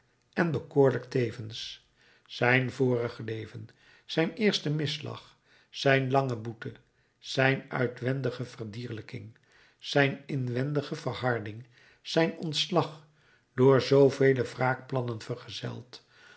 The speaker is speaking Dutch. en bekoorlijk tevens zijn vorig leven zijn eerste misslag zijn lange boete zijn uitwendige verdierlijking zijn inwendige verhardheid zijn ontslag door zoovele wraakplannen vergezeld